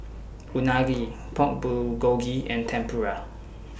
Unagi Pork Bulgogi and Tempura